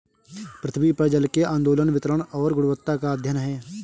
पृथ्वी पर जल के आंदोलन वितरण और गुणवत्ता का अध्ययन है